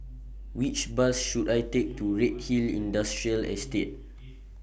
Which Bus should I Take to Redhill Industrial Estate